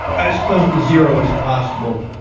as close to zero as possible,